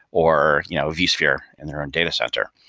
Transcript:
or you know vsphere in their own data sensor.